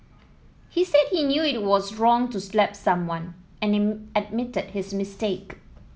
he said he knew it was wrong to slap someone and admitted his mistake